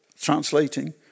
translating